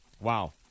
Wow